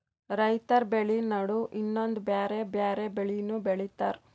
ರೈತರ್ ಬೆಳಿ ನಡು ಇನ್ನೊಂದ್ ಬ್ಯಾರೆ ಬ್ಯಾರೆ ಬೆಳಿನೂ ಬೆಳಿತಾರ್